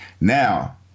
Now